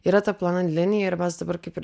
yra ta plona linija ir mes dabar kaip ir